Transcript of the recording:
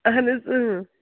اَہَن حظ